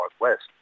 northwest